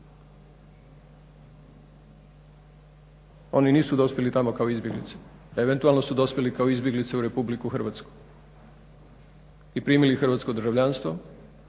Oni nisu dospjeli tamo kao izbjeglice, eventualno su dospjeli kao izbjeglice u RH i primili hrvatsko državljanstvo.